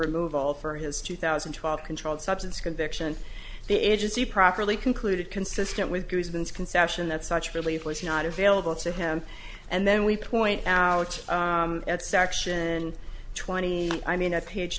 remove all for his two thousand and twelve controlled substance conviction the agency properly concluded consistent with the reasons concession that such relief was not available to him and then we point out that section twenty i mean at page